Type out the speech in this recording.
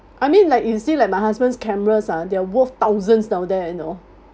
I mean like you see like my husband's cameras ah they're worth thousands nowadays around there you know